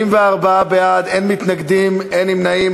44 בעד, אין מתנגדים, אין נמנעים.